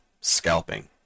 scalping